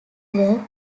were